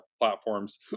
platforms